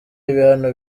ibihano